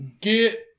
Get